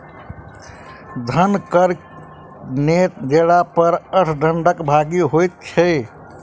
धन कर नै देला पर अर्थ दंडक भागी होइत छै